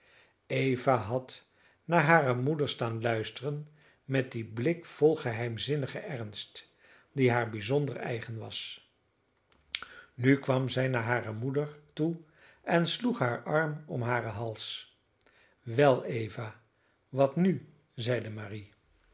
eva had naar hare moeder staan luisteren met dien blik vol geheimzinnigen ernst die haar bijzonder eigen was nu kwam zij naar hare moeder toe en sloeg haar arm om haren hals wel eva wat nu zeide marie